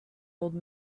old